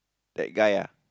that guy ah